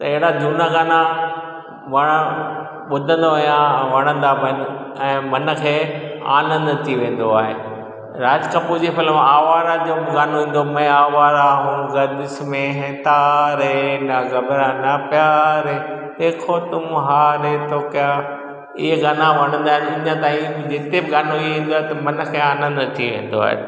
त अहिड़ा झूना गाना वण ॿुधंदो आहियां ऐं वणंदा बि आहिनि ऐं मन खे आनंदु अची वेंदो आहे राज कपूर जी फिल्म आवारा जो गानो ईंदो हुओ इहे गाना वणंदा आहिनि अञा ताईं जिते बि गानो ई ईंदो आहे त मन खे आनंदु अची वेंदो आहे